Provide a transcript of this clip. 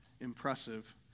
impressive